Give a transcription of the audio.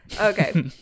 Okay